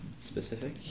specific